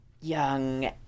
young